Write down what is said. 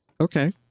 okay